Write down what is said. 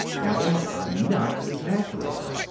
now, emma, i'm not exaggerating.